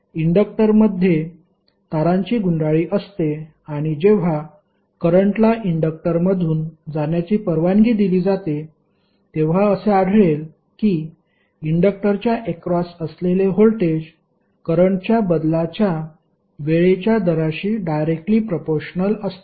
इंडक्टरमध्ये तारांची गुंडाळी असते आणि जेव्हा करंटला इंडक्टरमधून जाण्याची परवानगी दिली जाते तेव्हा असे आढळेल की इंडक्टरच्या अक्रॉस असलेले व्होल्टेज करंटच्या बदलाच्या वेळेच्या दराशी डायरेक्ट्ली प्रपोर्शनल असते